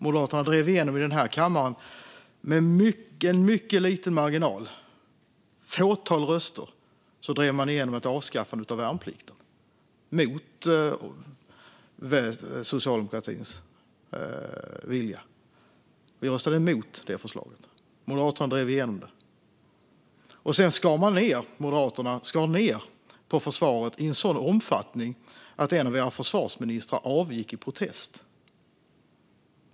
Moderaterna drev i denna kammare, med mycket liten marginal, ett fåtal röster, igenom ett avskaffande av värnplikten mot socialdemokratins vilja. Vi röstade emot det förslaget. Moderaterna drev igenom det. Sedan skar Moderaterna ned på försvaret i en sådan omfattning att en av era försvarsministrar avgick i protest.